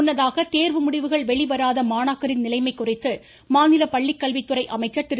முன்னதாக தேர்வு முடிவுகள் வெளிவராத மாணாக்கரின் நிலைமை குறித்து மாநில பள்ளிக்கல்வித்துறை அமைச்சர் திரு